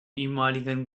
ehemaligen